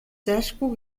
зайлшгүй